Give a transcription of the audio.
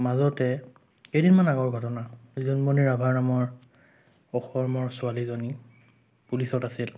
মাজতে কেইদিনমান আগৰ ঘটনা জোনমণি ৰাভা নামৰ ছোৱালীজনী পুলিচত আছিল